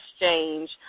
exchange